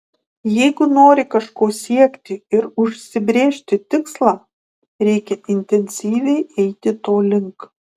jeigu nori kažko siekti ir užsibrėžti tikslą reikia intensyviai eiti to link